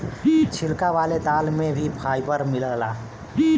छिलका वाले दाल में भी फाइबर मिलला